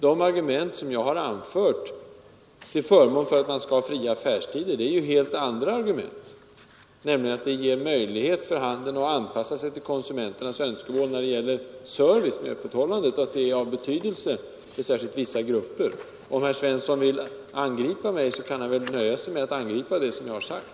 De argument jag anfört till förmån för fria affärstider är helt andra, nämligen att de ger möjlighet för handeln att anpassa sig till konsumenternas önskemål när det gäller service och öppethållande och att det är av betydelse särskilt för vissa grupper. Om herr Svensson vill angripa mig, kan han väl nöja sig med att angripa mig för sådant som jag har sagt.